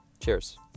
Cheers